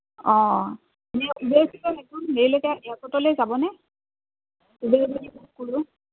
অঁ হেৰিলৈকে এয়াৰপৰ্টলৈকে যাব নে